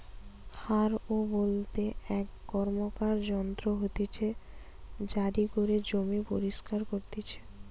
হারও বলতে এক র্কমকার যন্ত্র হতিছে জারি করে জমি পরিস্কার করতিছে